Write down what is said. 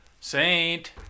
Saint